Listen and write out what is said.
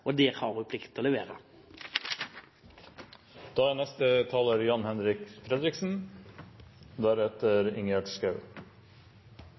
Og der har hun en plikt til å levere. Nordområdene er